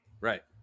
right